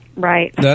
Right